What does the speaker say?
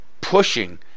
pushing